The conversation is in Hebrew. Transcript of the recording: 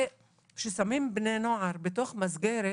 כששמים בני נוער בתוך מסגרת,